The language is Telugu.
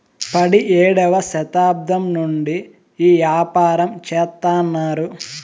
పడియేడవ శతాబ్దం నుండి ఈ యాపారం చెత్తన్నారు